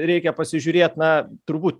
reikia pasižiūrėt na turbūt